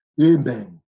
amen